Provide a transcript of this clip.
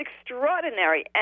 extraordinary